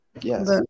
Yes